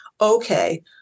Okay